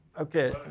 Okay